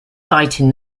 fighting